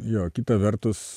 jo kita vertus